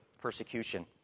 persecution